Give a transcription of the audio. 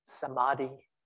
samadhi